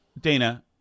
Dana